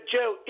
Joe